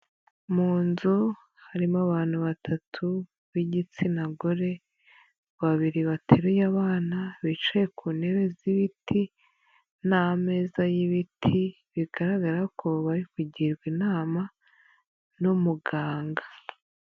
Mu nzu harimo abantu batatu b'igitsina gore, babiri bateruye abana bicaye ku ntebe z'ibiti, n'ameza y'ibiti, bigaragara ko bari kugirwa inama n'umuganga.